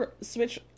switch